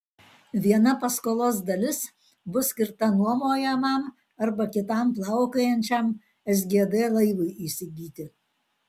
viena paskolos dalis bus skirta nuomojamam arba kitam plaukiojančiam sgd laivui įsigyti